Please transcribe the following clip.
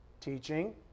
Teaching